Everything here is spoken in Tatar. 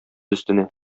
өстенә